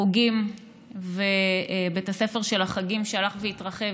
חוגים ובית הספר של החגים שהלך והתרחב.